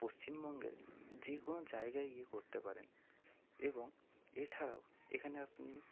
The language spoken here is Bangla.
পশ্চিমবঙ্গের যে কোনো জায়গায় গিয়ে করতে পারেন এবং এছাড়াও এখানে আপনি